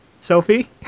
Sophie